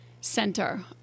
center